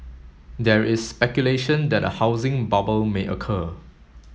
there is speculation that a housing bubble may occur